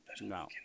No